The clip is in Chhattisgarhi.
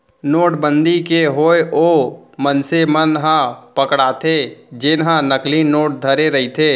नोटबंदी के होय ओ मनसे मन ह पकड़ाथे जेनहा नकली नोट धरे रहिथे